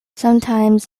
sometimes